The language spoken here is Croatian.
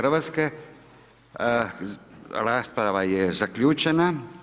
Rasprava je zaključena.